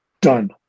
Done